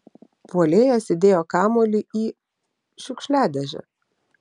puolėjas įdėjo kamuolį į šiukšliadėžę